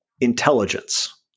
intelligence